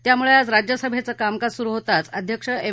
त्यामुळे आज राज्यसभेचं कामकाज सुरू होताच अध्यक्ष एम